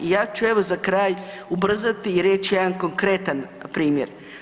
Ja ću evo za kraj ubrzati i reći jedan konkretan primjer.